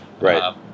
Right